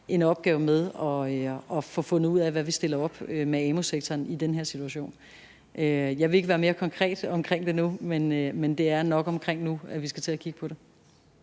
en opgave med at få fundet ud af, hvad vi stiller op med amu-sektoren i den her situation. Jeg vil ikke være mere konkret omkring det nu, men det er nok omkring nu, vi skal til at kigge på det.